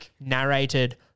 narrated